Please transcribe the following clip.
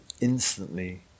instantly